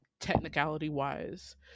technicality-wise